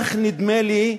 כך נדמה לי,